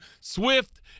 swift